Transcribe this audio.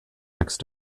next